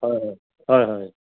হয় হয় হয় হয়